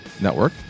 network